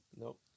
Nope